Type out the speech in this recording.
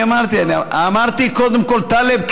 אמרתי קודם כול טלב,